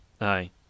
aye